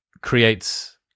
creates